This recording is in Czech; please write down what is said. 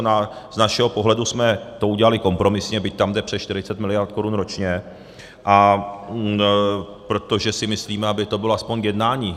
Z našeho pohledu jsme to udělali kompromisně, byť tam jde přes 40 mld. korun ročně, protože si myslíme, aby to bylo alespoň k jednání.